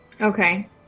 Okay